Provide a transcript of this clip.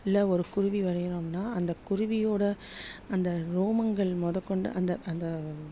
இல்லை ஒரு குருவி வரைகிறோம்னா அந்தக் குருவியோடய அந்த ரோமங்கள் மொதற்கொண்டு அந்த அந்த